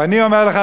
ואני אומר לך,